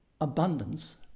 Abundance